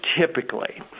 typically